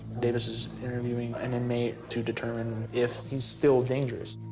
davis is interviewing an inmate to determine if he's still dangerous.